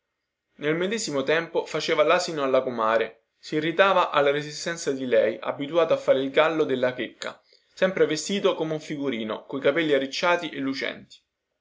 nel medesimo tempo faceva lasino alla comare sirritava alla resistenza di lei abituato a fare il gallo della checca sempre vestito come un figurino coi capelli arricciati e lucenti